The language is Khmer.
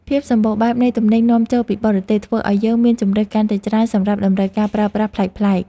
ភាពសម្បូរបែបនៃទំនិញនាំចូលពីបរទេសធ្វើឱ្យយើងមានជម្រើសកាន់តែច្រើនសម្រាប់តម្រូវការប្រើប្រាស់ប្លែកៗ។